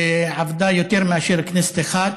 והיא עבדה יותר מכנסת אחת